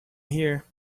here